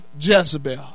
Jezebel